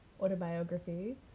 autobiography